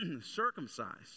circumcised